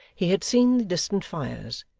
he had seen the distant fires,